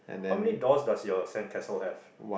how many doors does your sandcastle have